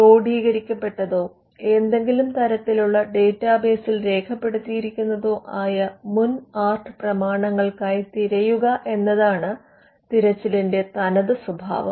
ക്രോഡീകരിക്കപ്പെട്ടതോ ഏതെങ്കിലും തരത്തിലുള്ള ഡാറ്റാബേസിൽ രേഖപ്പെടുത്തിയിരിക്കുന്നതോ ആയ മുൻ ആർട്ട് പ്രമാണങ്ങൾക്കായി തിരയുക എന്നതാണ് തിരച്ചിലിന്റെ തനത് സ്വഭാവം